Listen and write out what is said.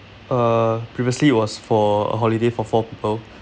uh previously it was for a holiday for four people